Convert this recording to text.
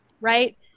right